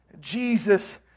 Jesus